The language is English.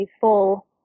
full